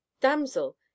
damsel